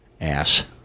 Ass